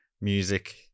Music